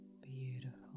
beautiful